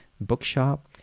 bookshop